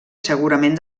segurament